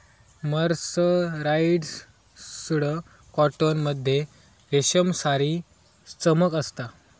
mercerised cotton मध्ये रेशमसारी चमक असता